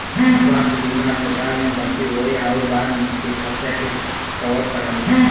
स्वास्थ्य बीमा अस्पताल में भर्ती होये आउर बाद के खर्चा के कवर करला